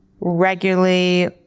regularly